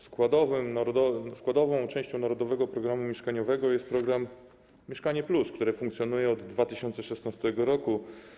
Składową częścią „Narodowego programu mieszkaniowego” jest program „Mieszkanie+”, który funkcjonuje od 2016 r.